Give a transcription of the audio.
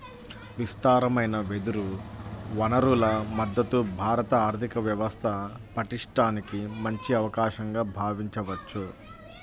విస్తారమైన వెదురు వనరుల మద్ధతు భారత ఆర్థిక వ్యవస్థ పటిష్టానికి మంచి అవకాశంగా భావించవచ్చు